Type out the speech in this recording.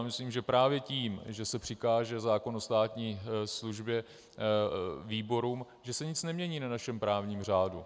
Myslím, že právě tím, že se přikáže zákon o státní službě výborům, se nic nemění na našem právním řádu.